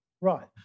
right